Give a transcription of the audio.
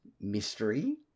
Mystery